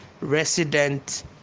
Resident